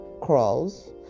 crawls